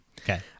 Okay